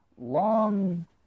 long